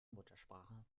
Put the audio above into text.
muttersprache